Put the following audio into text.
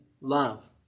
love